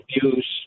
abuse